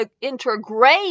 integrate